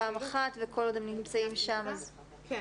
פעם אחת וכל עוד הם נמצאים שם אז כן,